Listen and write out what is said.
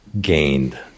gained